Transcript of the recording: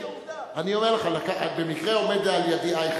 אני אומר לך, במקרה עומד לידי אייכלר,